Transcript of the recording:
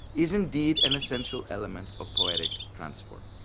is indeed an essential element of poetic transforming.